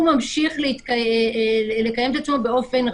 הוא ממשיך לקיים את עצמו באופן רגיל.